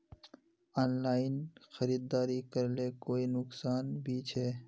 Online खरीदारी करले कोई नुकसान भी छे?